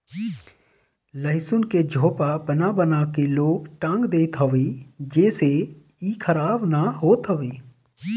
लहसुन के झोपा बना बना के लोग टांग देत हवे जेसे इ खराब ना होत हवे